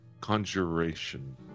conjuration